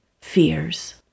fears